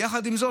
יחד עם זאת,